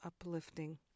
uplifting